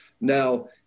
Now